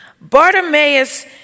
Bartimaeus